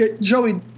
Joey